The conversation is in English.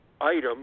item